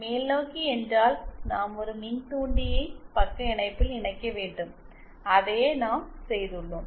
மேல்நோக்கி என்றால் நாம் ஒரு மின்தூண்டியை பக்க இணைப்பில் இணைக்க வேண்டும் அதையே நாம் செய்துள்ளோம்